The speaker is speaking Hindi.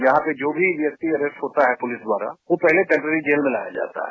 यहां पे जो भी व्यक्ति अरेस्ट होता है पुलिस द्वारा वह पहले अम्परेरी जेल में लाया जाता है